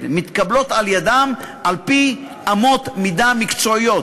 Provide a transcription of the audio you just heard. מתקבלות על-ידם על-פי אמות מידה מקצועיות,